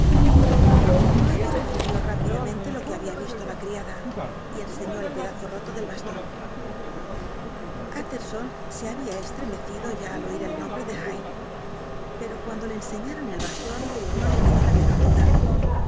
luego refirió rápidamente lo que había visto la criada y enseñó el pedazo roto del bastón utterson se había extremecido ya al oir el nombre de hyde pero cuando le enseñaron el bastón no le quedó la menor duda